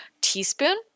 teaspoon